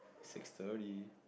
six thirty